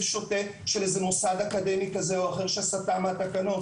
שוטה של איזה מוסד אקדמי כזה או אחר שסטה מהתקנות.